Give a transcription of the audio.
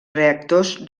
reactors